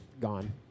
gone